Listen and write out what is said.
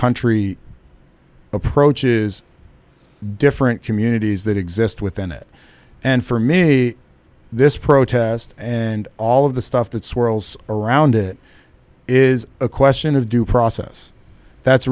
country approaches different communities that exist within it and for me this protest and all of the stuff that swirls around it is a question of due process that's